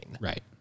right